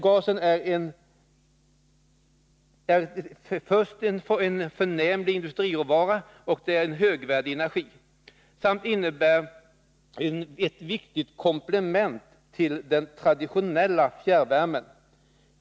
Gasen är en förnämlig industriråvara och en högvärdig energi samt innebär ett viktigt komplement till den traditionella fjärrvärmen.